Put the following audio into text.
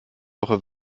woche